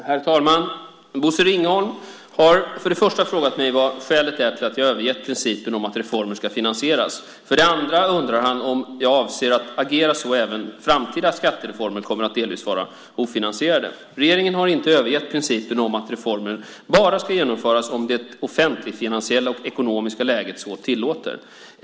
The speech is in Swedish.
Herr talman! Bosse Ringholm har för det första frågat mig vad skälet är till att jag har övergett principen om att reformer ska finansieras. För det andra undrar han om jag avser att agera så att även framtida skattereformer kommer att vara delvis ofinansierade. Regeringen har inte övergett principen om att reformer bara ska genomföras om det offentligfinansiella och ekonomiska läget så tillåter.